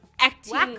acting